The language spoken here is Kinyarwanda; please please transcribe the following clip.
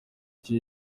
cyaha